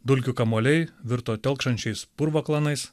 dulkių kamuoliai virto telkšančiais purvo klanais